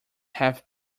have